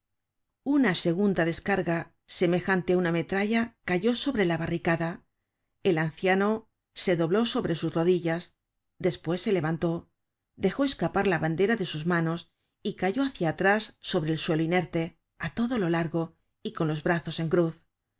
una segunda descarga semejante á una metralla cayó sobre la barricada el anciano se dobló sobre sus rodillas despues se levantó dejó escapar la bandera de sus manos y cayó hácia atrás sobre el suelo inerte á todo lo largo y con los brazos en cruz